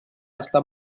està